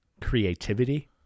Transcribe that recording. creativity